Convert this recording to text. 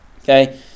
Okay